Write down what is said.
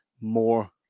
more